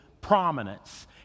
prominence